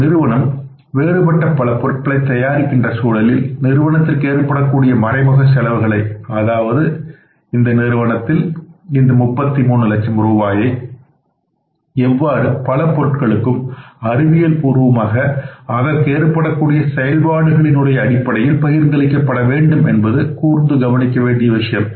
ஒரு நிறுவனம் வேறுபட்ட பல பொருட்களை தயாரிக்கின்ற சூழலில் நிறுவனத்திற்கு ஏற்படக்கூடிய மறைமுக செலவுகளை அதாவது இந்த 33 லட்சம் ரூபாயை எவ்வாறு பல பொருட்களுக்கும் அறிவியல்பூர்வமாக அதற்கு ஏற்படக்கூடிய செயல்பாடுகளின் அடிப்படையில் பகிர்ந்தளிக்க வேண்டும் என்பது கூர்ந்து கவனிக்க வேண்டிய விஷயம்